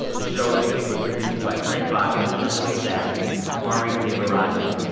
the show this week was produced by brent baughman, anjuli sastry and kumari devarajan.